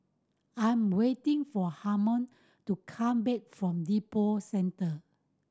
I'm waiting for Harman to come back from Lippo Centre